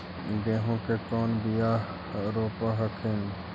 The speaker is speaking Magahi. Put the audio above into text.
गेहूं के कौन बियाह रोप हखिन?